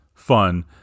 fun